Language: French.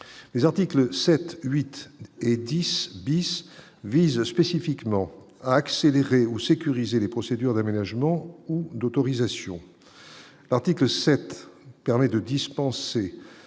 Les articles 7 8 et 10 bis vise spécifiquement à accélérer ou sécuriser les procédures d'aménagement ou d'autorisation, article 7 permet de dispenser